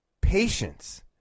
patience